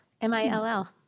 M-I-L-L